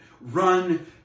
Run